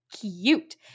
cute